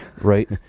Right